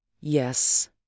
Yes